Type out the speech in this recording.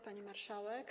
Pani Marszałek!